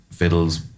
Fiddles